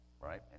right